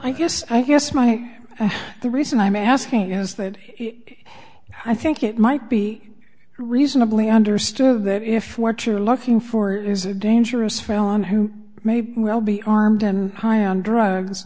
i guess i guess my the reason i'm asking is that i think it might be reasonably understood that if what you're looking for is a dangerous felon who may be well be armed and high on drugs